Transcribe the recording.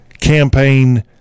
campaign